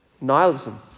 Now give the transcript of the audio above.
nihilism